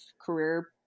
career